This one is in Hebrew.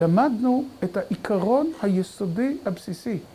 ‫למדנו את העיקרון היסודי הבסיסי.